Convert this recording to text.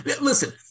listen